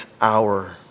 hour